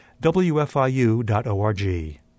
wfiu.org